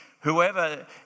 Whoever